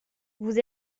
vous